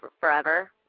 forever